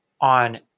on